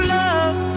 love